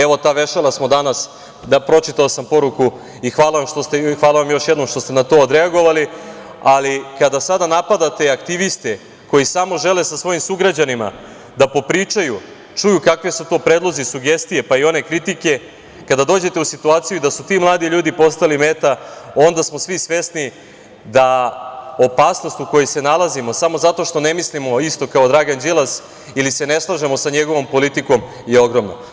Evo ta vešala smo danas, pročitao sam poruku i hvala vam još jednom što ste na to odreagovali, ali kada sada napadate i aktiviste koji samo žele sa svojim sugrađanima da popričaju, čuju kakvi su to predlozi, sugestije, pa i one kritike, kada dođete u situaciju da su ti mladi ljudi postali meta, onda smo svi svesni da opasnost u kojoj se nalazimo samo zato što ne mislimo kao Dragan Đilas ili se ne slažemo sa njegovom politikom je ogromno.